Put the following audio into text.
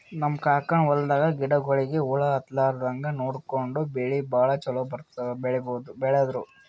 ನಮ್ ಕಾಕನ್ ಹೊಲದಾಗ ಗಿಡಗೋಳಿಗಿ ಹುಳ ಹತ್ತಲಾರದಂಗ್ ನೋಡ್ಕೊಂಡು ಬೆಳಿ ಭಾಳ್ ಛಲೋ ಬೆಳದ್ರು